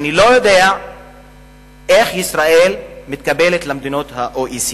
אני לא יודע איך ישראל מתקבלת ל-OECD.